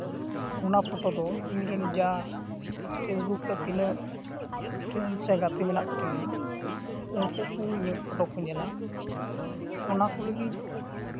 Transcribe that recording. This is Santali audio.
ᱚᱱᱟ ᱯᱷᱚᱴᱳ ᱫᱚ ᱤᱧᱨᱮᱱ ᱡᱟ ᱯᱷᱮᱥᱵᱩᱠ ᱨᱮ ᱛᱤᱱᱟᱹᱜ ᱯᱷᱨᱮᱱᱰᱥ ᱥᱮ ᱜᱟᱛᱮ ᱢᱮᱱᱟᱜ ᱠᱚᱛᱤᱧᱟ ᱩᱱᱠᱩ ᱠᱚ ᱤᱧᱟᱹᱜ ᱯᱷᱚᱴᱳ ᱠᱚ ᱧᱮᱞᱟ ᱚᱱᱟ ᱠᱚ ᱞᱟᱹᱜᱤᱫ